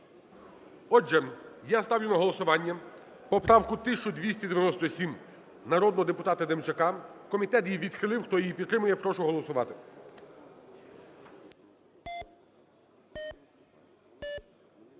Отже, я ставлю на голосування поправку 1297 народного депутата Демчака. Комітет її відхилив. Хто її підтримує, прошу голосувати.